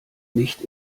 nicht